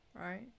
right